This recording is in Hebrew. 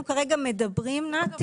אנחנו כרגע מדברים, נתי